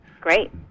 Great